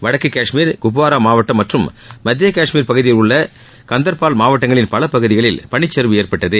வடக்கு கஷ்மீரில் குப்வாரா மாவட்டம் மற்றும் மத்திய கஷ்மீர் பகுதியில் உள்ள கந்தர்பால் மாவட்டங்களின் பல பகுதிகளில் பனிச்சரிவு ஏற்பட்டது